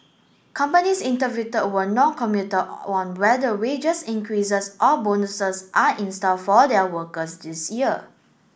companies interview were noncommittal on whether wages increases or bonuses are in store for their workers this year